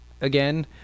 again